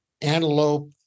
antelope